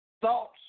thoughts